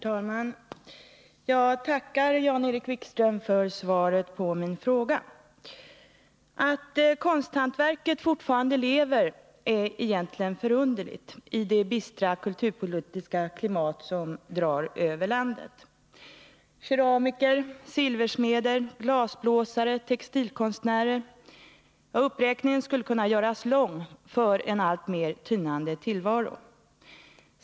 Herr talman! Jag tackar Jan-Erik Wikström för svaret på min fråga. Att konsthantverket fortfarande lever är egentligen förunderligt, med tanke på det bistra kulturpolitiska klimat som drar över landet. Keramiker, 59 silversmeder, glasblåsare, textilkonstnärer — ja uppräkningen skulle kunna göras lång — för en alltmer tynande tillvaro.